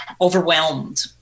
overwhelmed